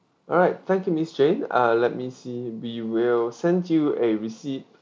alright thank you miss jane uh let me see we will sent you a receipt